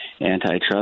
antitrust